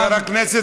חבר הכנסת